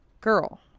Girl